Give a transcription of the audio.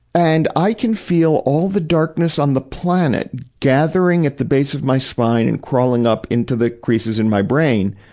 and i can feel all the darkness on the planet gathering at the base of my spine and crawling up into the creases in my brain,